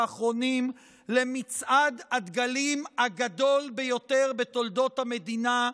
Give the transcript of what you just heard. למצעד הדגלים הגדול ביותר בתולדות המדינה,